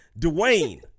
Dwayne